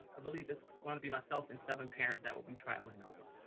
ah believe it's gonna be myself and seven parents that will be traveling over,